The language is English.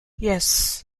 yes